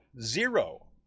zero